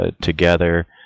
together